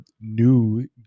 new